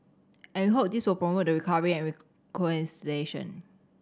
and we hope this will promote the recovery and